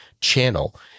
channel